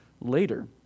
later